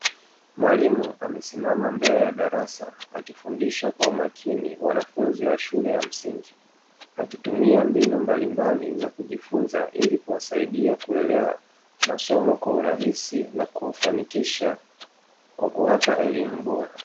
Mwalimu amesimama mbele ya darasa, akifundisha kwa umakini wanafunzi wa shule ya msingi; akitumia mbinu mbalimbali za kujifunza ili kuwasaidia kuelewa masomo kwa urahisi na kuwafanikisha kwa kuwapa elimu bora.